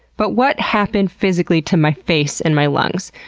but what happened physically to my face and my lungs?